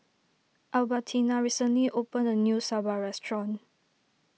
Albertina recently opened a new Sambar restaurant